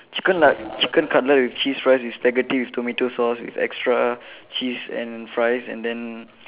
chicken lat~ chicken cutlet with cheese fries with spaghetti with tomato sauce with extra cheese and fries and then